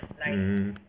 mmhmm